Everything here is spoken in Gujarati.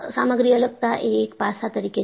સામગ્રી અલગતા એ એક પાસા તરીકે છે